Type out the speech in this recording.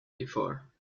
before